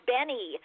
Benny